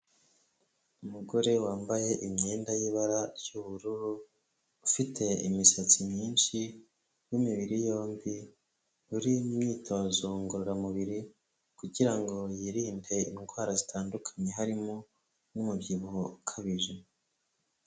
Umugore wambaye imyenda y'ibara ry'ubururu, ufite imisatsi myinshi w'imibiri yombi, uri mu myitozo ngororamubiri kugira ngo yirinde indwara zitandukanye, harimo n'umubyibuho ukabije.